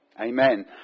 Amen